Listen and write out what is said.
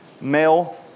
male